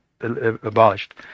abolished